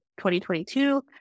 2022